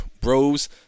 bros